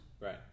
Right